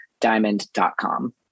diamond.com